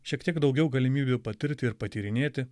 šiek tiek daugiau galimybių patirti ir patyrinėti